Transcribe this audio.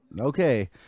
okay